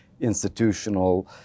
institutional